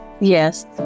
Yes